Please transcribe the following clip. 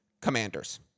commanders